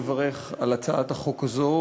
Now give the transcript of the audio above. לברך על הצעת החוק הזאת,